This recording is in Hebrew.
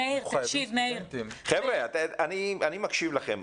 אני מקשיב לכם.